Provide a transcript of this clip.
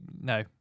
no